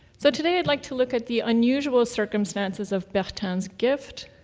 so today, i'd like to look at the unusual circumstances of bertin's gift.